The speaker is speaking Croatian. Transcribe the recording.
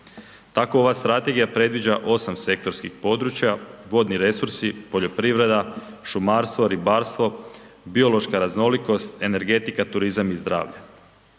Tako ova Strategija predviđa osam sektorskih područja, vodni resursi, poljoprivreda, šumarstvo, ribarstvo, biološka raznolikost, energetika, turizam i zdravlje.